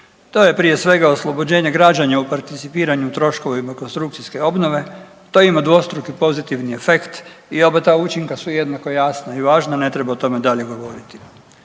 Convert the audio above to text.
To je prije svega, oslobođenje građana u participiranju troškovima konstrukcijske obnove, to ima dvostruki pozitivni efekt i oba ta učinka su jednako jasna i važna, ne treba o tome dalje govoriti.